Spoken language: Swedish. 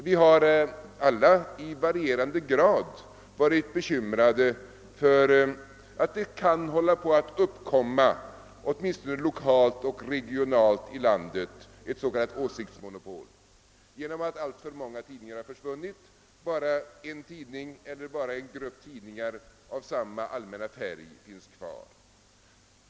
Vi har alla i varierande grad varit bekymrade för att det kan uppkomma åtminstone lokalt och regionalt i landet ett s.k. åsiktsmonopol genom att alltför många tidningar har försvunnit och bara en tidning eller en grupp tidningar av samma allmänna färg finns kvar.